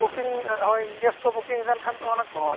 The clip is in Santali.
ᱦᱳᱭᱜᱮ ᱠᱚ ᱟᱠᱟᱱ ᱠᱷᱟᱱ ᱫᱚ ᱚᱱᱟᱠᱚ